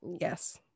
Yes